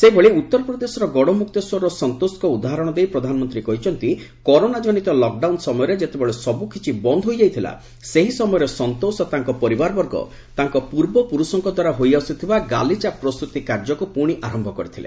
ସେହିଭଳି ଉତ୍ତରପ୍ରଦେଶର ଗଡମୁକ୍ତେଶ୍ୱରର ସନ୍ତୋଷଙ୍କ ଉଦାହରଣ ଦେଇ ପ୍ରଧାନମନ୍ତ୍ରୀ କହିଛନ୍ତି କରୋନା କନିତ ଲକଡାଉନ ସମୟରେ ଯେତେବେଳେ ସବୁକିଛି ବନ୍ଦ ହୋଇଯାଇଥିଲା ସେହି ସମୟରେ ସନ୍ତୋଷ ଓ ତାଙ୍କ ପରିବାରବର୍ଗ ତାଙ୍କର ପୂର୍ବପୁରୁଷଙ୍କ ଦ୍ୱାରା ହୋଇଆସୁଥିବା ଗାଲିଚା ପ୍ରସ୍ତୁତି କାର୍ଯ୍ୟକୁ ପୁଣି ଆରମ୍ଭ କରିଥିଲେ